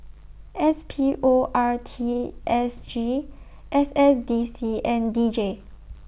S P O R T S G S S D C and D J